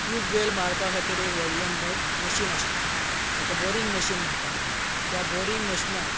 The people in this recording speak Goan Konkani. ट्यूब वॅल मारपा खातीर एक व्हडलें म मशीन आसता तेका बोरींग मशीन म्हणटात त्या बोरींग मशनांत